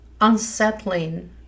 unsettling